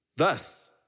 Thus